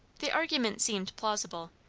the argument seemed plausible,